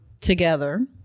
together